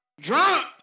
Drunk